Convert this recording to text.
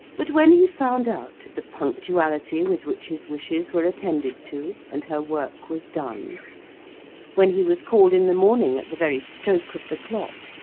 but, when he found out the punctuality with which his wishes were attended to, and her work was done when he was called in the morning at the very stroke of the clock,